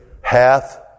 hath